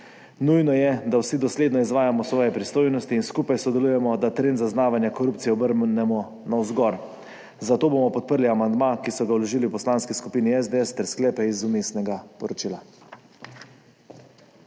Nujno je, da vsi dosledno izvajamo svoje pristojnosti in skupaj sodelujemo, da trend zaznavanja korupcije obrnemo navzgor. Zato bomo podprli amandma, ki so ga vložili v Poslanski skupini SDS, ter sklepe iz vmesnega poročila.